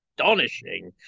astonishing